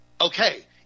Okay